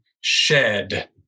shed